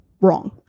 wrong